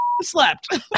slept